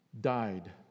died